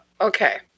Okay